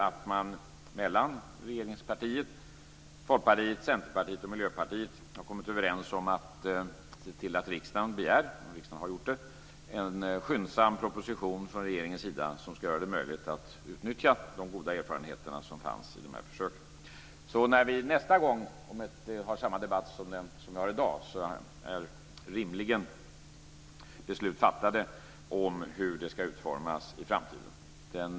Nyligen har regeringspartiet, Folkpartiet, Centerpartiet och Miljöpartiet kommit överens om att se till att riksdagen begär - vilket riksdagen har gjort - en skyndsam proposition från regeringen som ska göra de möjligt att utnyttja de goda erfarenheterna från FINSAM-försöken. När vi nästa gång har samma debatt som vi har i dag är rimligen beslut fattade om hur det ska utformas i framtiden.